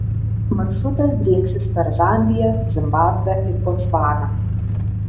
maršrutas drieksis per zambiją zimbabvę ir botsvaną